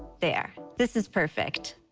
there. this is perfect.